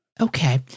Okay